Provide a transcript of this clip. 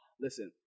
Listen